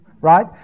Right